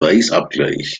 weißabgleich